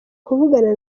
kuvugana